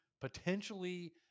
potentially